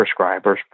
prescribers